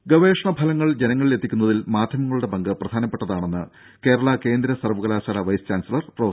ദ്ദേ ഗവേഷണഫലങ്ങൾ ജനങ്ങളിലെത്തിക്കുന്നതിൽ മാധ്യമങ്ങളുടെ പങ്ക് പ്രധാനപ്പെട്ടതാണെന്ന് കേരള കേന്ദ്ര സർവ്വകലാശാല വൈസ് ചാൻസലർ പ്രൊഫ